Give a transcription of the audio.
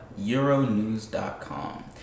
Euronews.com